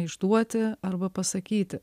išduoti arba pasakyti